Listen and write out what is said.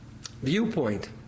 viewpoint